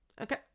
Okay